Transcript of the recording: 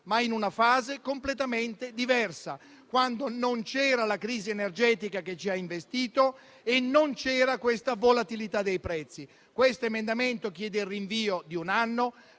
ma in una fase completamente diversa, quando non c'era la crisi energetica che ci ha investito e non c'era questa volatilità dei prezzi. L'emendamento che sto illustrando